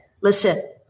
Listen